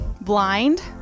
blind